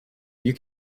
you